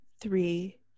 three